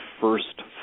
first